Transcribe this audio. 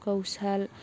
ꯀꯧꯁꯥꯜ